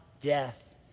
death